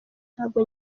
ntabwo